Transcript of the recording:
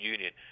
Union